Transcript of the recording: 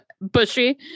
bushy